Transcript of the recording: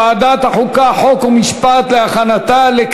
מוקדם בוועדת החוקה, חוק ומשפט נתקבלה.